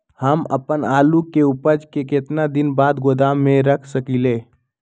हम अपन आलू के ऊपज के केतना दिन बाद गोदाम में रख सकींले?